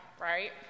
right